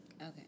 Okay